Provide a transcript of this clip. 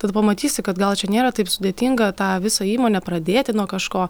tada pamatysi kad gal čia nėra taip sudėtinga tą visą įmonę pradėti nuo kažko